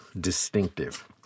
distinctive